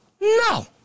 No